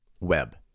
web